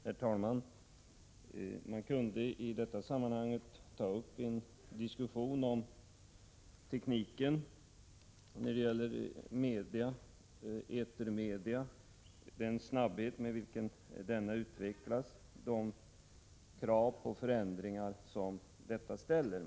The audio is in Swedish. Herr talman! Man kunde i detta sammanhang ta upp en diskussion om tekniken när det gäller etermedia, den snabbhet med vilken denna teknik utvecklas och de krav på förändringar som detta ställer.